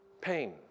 Pain